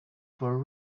for